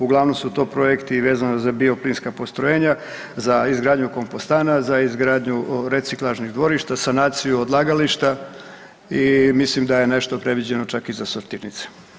Uglavnom su to projekti vezano za bioplinska postrojenja, za izgradnju kompostana, za izgradnju reciklažnih dvorišta, sanaciju odlagališta i mislim da je nešto predviđeno čak i za sortirnice.